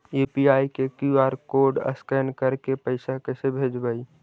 UPI के QR code scan करके पैसा कैसे भेजबइ?